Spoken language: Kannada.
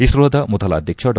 ಇಸ್ರೋದ ಮೊದಲ ಅಧ್ಯಕ್ಷ ಡಾ